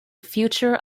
future